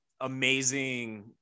amazing